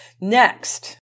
Next